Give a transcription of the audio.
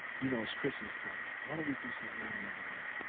you know it's christmastime. why don't we do something we ain't never done?